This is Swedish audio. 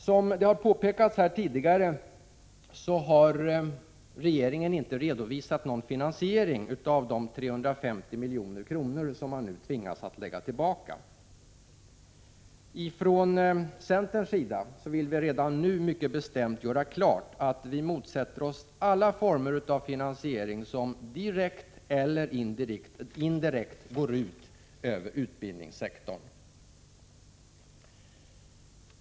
Som har påpekats här tidigare har regeringen inte redovisat någon finansiering av de 350 milj.kr. som man nu tvingas lägga tillbaka. Ifrån centerns sida vill vi redan nu mycket bestämt göra klart att vi motsätter oss alla former av finansiering som direkt eller indirekt går ut över utbildningssektorn.